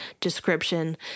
description